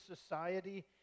society